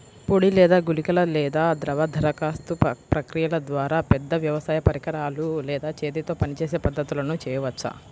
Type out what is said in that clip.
పొడి లేదా గుళికల లేదా ద్రవ దరఖాస్తు ప్రక్రియల ద్వారా, పెద్ద వ్యవసాయ పరికరాలు లేదా చేతితో పనిచేసే పద్ధతులను చేయవచ్చా?